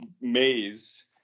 maze